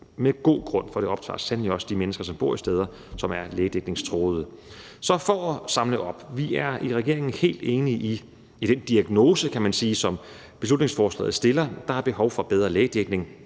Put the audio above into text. med god grund, for det optager sandelig også de mennesker, som bor steder, som er lægedækningstruede. Så for at samle op vil jeg sige, at vi i regeringen er helt enige i den diagnose, som beslutningsforslaget stiller. Der er behov for bedre lægedækning.